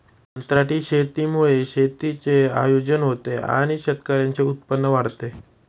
कंत्राटी शेतीमुळे शेतीचे आयोजन होते आणि शेतकऱ्यांचे उत्पन्न वाढते